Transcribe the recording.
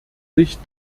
sich